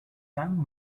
sam